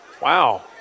Wow